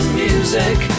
music